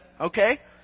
Okay